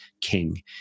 king